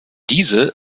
diese